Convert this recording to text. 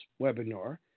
webinar